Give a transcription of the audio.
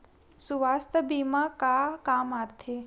सुवास्थ बीमा का काम आ थे?